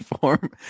form